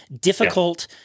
difficult